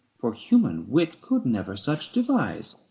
for human wit could never such devise.